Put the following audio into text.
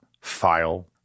file